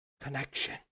connection